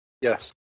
yes